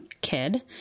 kid